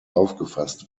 aufgefasst